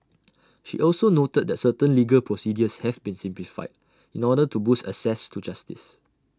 she also noted that certain legal procedures have been simplified in order to boost access to justice